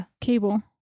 cable